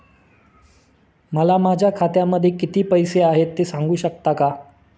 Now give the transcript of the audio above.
मला माझ्या खात्यामध्ये किती पैसे आहेत ते सांगू शकता का?